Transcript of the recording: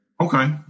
Okay